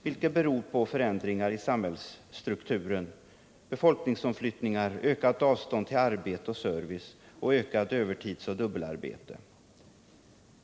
Detta beror på förändringar i samhälls — Nr 37 strukturen, befolkningsomflyttningar, ökat avstånd till arbete och service och ökat övertidsoch dubbelarbete.